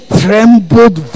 trembled